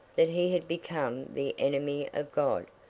that he had become the enemy of god,